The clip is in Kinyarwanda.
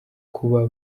kuba